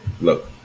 look